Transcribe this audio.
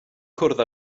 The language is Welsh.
cwrdd